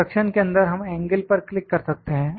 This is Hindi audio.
कंस्ट्रक्शन के अंदर हम एंगल पर क्लिक कर सकते हैं